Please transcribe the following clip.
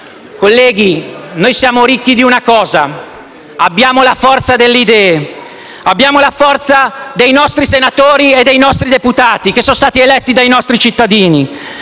Colleghi, noi siamo ricchi di una cosa: abbiamo la forza delle idee; abbiamo la forza dei nostri senatori e dei nostri deputati, che sono stati eletti dai nostri cittadini;